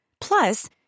Plus